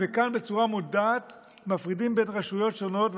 וכאן, בצורה מודעת, מפרידים בין רשויות שונות.